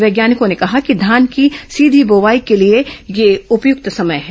वैज्ञानिकों ने कहा कि धान की सीधी बोवाई के लिए यह उपयुक्त समय है